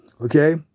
Okay